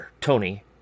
Tony